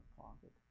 pocket